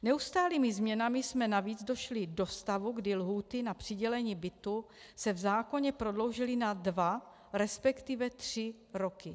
Neustálými změnami jsme navíc došli do stavu, kdy se lhůty na přidělení bytu v zákoně prodloužily na dva, resp. tři roky.